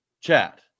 Chat